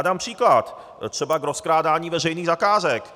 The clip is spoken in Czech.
Dám příklad třeba k rozkrádání veřejných zakázek.